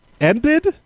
ended